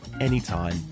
anytime